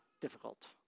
difficult